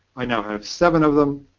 i now have seven of them.